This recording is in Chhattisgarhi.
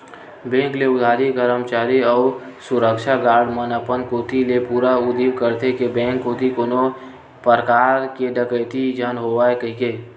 बेंक के अधिकारी, करमचारी अउ सुरक्छा गार्ड मन अपन कोती ले पूरा उदिम करथे के बेंक कोती कोनो परकार के डकेती झन होवय कहिके